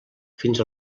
fins